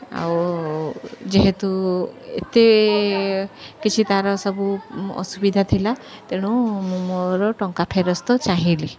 ଆଉ ଯେହେତୁ ଏତେ କିଛି ତା'ର ସବୁ ଅସୁବିଧା ଥିଲା ତେଣୁ ମୁଁ ମୋର ଟଙ୍କା ଫେରସ୍ତ ଚାହିଁଲି